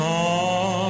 on